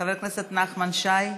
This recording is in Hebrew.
חבר הכנסת נחמן שי,